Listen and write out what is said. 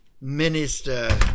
Minister